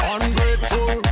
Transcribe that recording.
Ungrateful